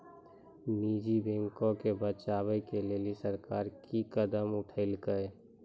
निजी बैंको के बचाबै के लेली सरकार कि कदम उठैलकै?